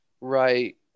right